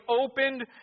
opened